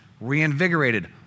reinvigorated